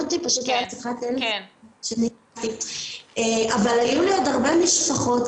לי ולקולגות היו הרבה משפחות.